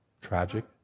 tragic